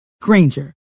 granger